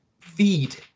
feed